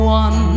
one